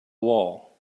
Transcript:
wall